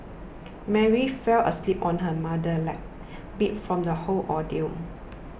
Mary fell asleep on her mother's lap beat from the whole ordeal